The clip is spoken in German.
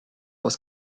aus